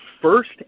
first